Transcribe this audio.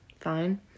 fine